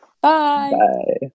Bye